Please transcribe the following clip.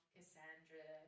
Cassandra